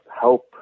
help